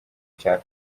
cya